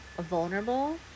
vulnerable